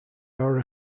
are